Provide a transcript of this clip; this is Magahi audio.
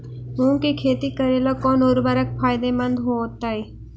मुंग के खेती करेला कौन उर्वरक फायदेमंद होतइ?